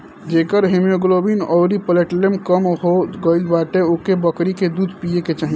जेकर हिमोग्लोबिन अउरी प्लेटलेट कम हो गईल बाटे ओके बकरी के दूध पिए के चाही